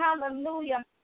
Hallelujah